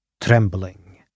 trembling